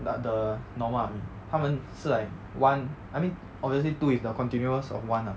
the the normal army 他们是 like one I mean obviously two is the continuous of one lah